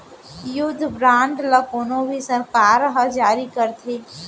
युद्ध बांड ल कोनो भी सरकार ह जारी करथे